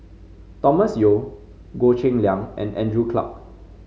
Thomas Yeo Goh Cheng Liang and Andrew Clarke